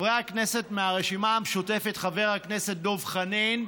חברי הכנסת מהרשימה המשותפת, חבר הכנסת דב חנין,